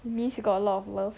it means you got a lot of love